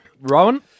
Rowan